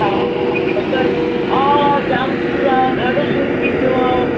हा हा डॉक्टर आह जाम सूर आहे ॾाढो सूर थी पियो आहे